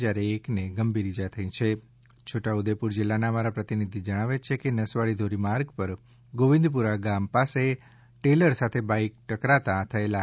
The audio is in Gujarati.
જ્યારે એકને ગંભીર ઇજા થઈ છિં છોટા ઉદ્દેપુર જિલ્લાના અમારા પ્રતિનિધિ જણાવે છે કે નસવાડી ધોરીમાર્ગ પર ગોવિંદપુરા ગામ પાસે ટ્રેલર સાથે બાઇક ટકરાતાં થયેલા તા